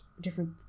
different